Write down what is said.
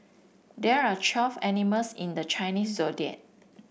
there are twelve animals in the Chinese Zodiac